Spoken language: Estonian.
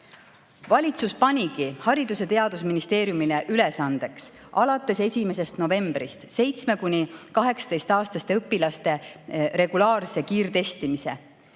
Valitsus tegigi Haridus‑ ja Teadusministeeriumile ülesandeks alates 1. novembrist 7–18-aastaste õpilaste regulaarse kiirtestimise.